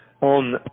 on